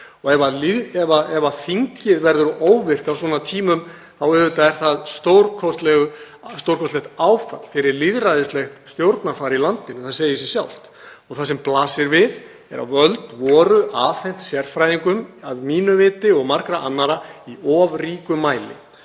sig. Ef þingið verður óvirkt á svona tímum þá er það auðvitað stórkostlegt áfall fyrir lýðræðislegt stjórnarfar í landinu. Það segir sig sjálft. Það sem blasir við er að völd voru afhent sérfræðingum, að mínu viti og margra annarra, í of ríkum mæli.